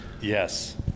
yes